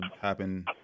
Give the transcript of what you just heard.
happen